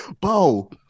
Bo